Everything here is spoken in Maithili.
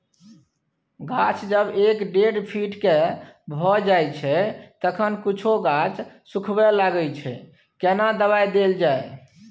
गाछ जब एक डेढ फीट के भ जायछै तखन कुछो गाछ सुखबय लागय छै केना दबाय देल जाय?